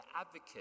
Advocate